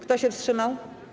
Kto się wstrzymał?